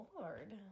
Lord